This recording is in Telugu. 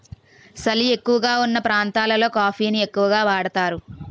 సలి ఎక్కువగావున్న ప్రాంతాలలో కాఫీ ని ఎక్కువగా వాడుతారు